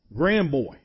grandboy